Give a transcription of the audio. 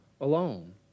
alone